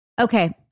Okay